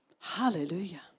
Hallelujah